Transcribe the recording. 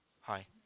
Hi